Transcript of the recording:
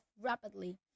rapidly